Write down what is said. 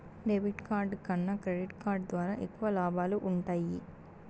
debit card కన్నా credit card ద్వారా ఎక్కువ లాబాలు వుంటయ్యి